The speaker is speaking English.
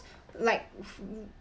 like